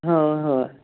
हो हो